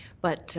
but